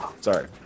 sorry